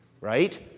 right